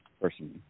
personally